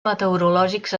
meteorològics